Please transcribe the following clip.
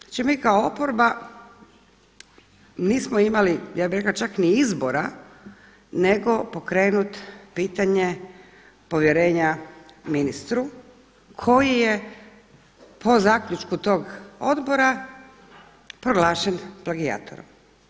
Znači mi kao oporba nismo imali ja bih rekla čak ni izbora, nego pokrenuti pitanje povjerenja ministru koji je po zaključku toga odbora proglašen plagijatorom.